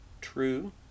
True